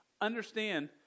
understand